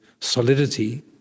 solidity